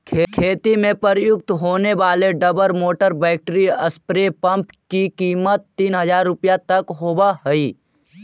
खेती में प्रयुक्त होने वाले double motor battery spray pump की कीमत तीन हज़ार रुपया तक होवअ हई